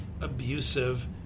abusive